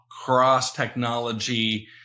cross-technology